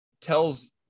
tells